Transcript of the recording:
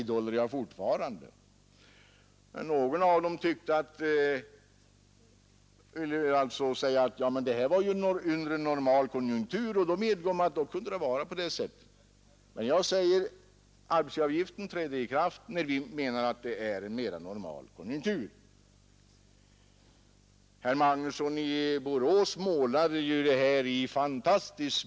Dessutom har familjepolitiska kommittén lagt fram ett nytt förslag som kommer att kosta 900 miljoner kronor om man kan genomföra det, vilket naturligtvis betyder en väsentlig förbättring. Låginkomsttagarna, som kanske ofta har familjer, är icke bortglömda i detta förslag.